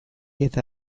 eta